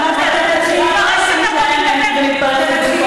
לדבר, תני לה לסיים ונגמר.